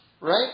right